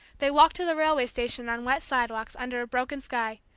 they walked to the railway station on wet sidewalks, under a broken sky,